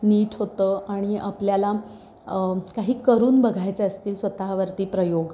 नीट होतं आणि आपल्याला काही करून बघायचे असतील स्वतःवरती प्रयोग